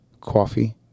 coffee